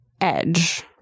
edge